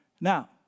Now